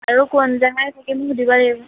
আৰু কোন জেগা থাকিম সুধিব লাগিব